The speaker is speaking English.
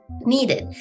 needed